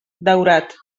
daurat